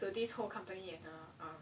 the this whole company and her err